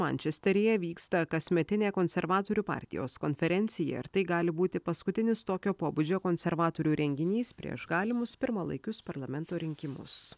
mančesteryje vyksta kasmetinė konservatorių partijos konferencija ir tai gali būti paskutinis tokio pobūdžio konservatorių renginys prieš galimus pirmalaikius parlamento rinkimus